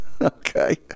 Okay